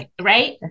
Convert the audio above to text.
right